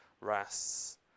rests